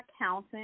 accountant